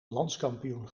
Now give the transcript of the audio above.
landskampioen